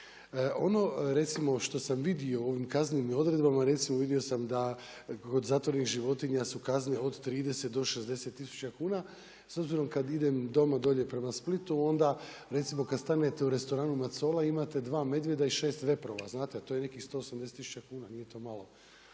što sam vidio u ovim kaznenim odredbama, recimo vidio sam da kod zatvorenih životinja su kazne od 30 do 60 tisuća kuna, s obzirom kada idem doma dolje prema Splitu onda recimo kada stanete u restoranu „Macola“ imate dva medvjeda i šest veprova, znate a to je nekih 180 tisuća kuna, nije to malo